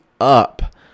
up